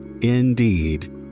indeed